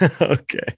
okay